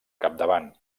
capdavant